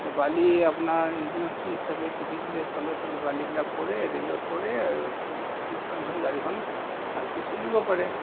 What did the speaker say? বালি আপোনাৰ ইঞ্জিনত চুইচ থাকে টিপি দিলে তলে তলে বালিবিলাক পৰে ৰেলত পৰে ফ্ৰিকশন হয় গাড়ীখন ভালকে চলিব পাৰে